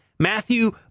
Matthew